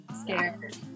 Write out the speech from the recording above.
scared